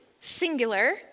singular